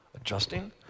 adjusting